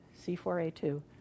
C4A2